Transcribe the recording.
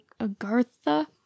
Agartha